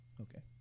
Okay